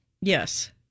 Yes